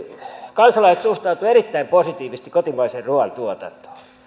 kansalaiset suhtautuivat erittäin positiivisesti kotimaisen ruuan tuotantoon